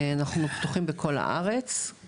אנחנו פתוחים בכל הארץ,